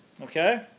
Okay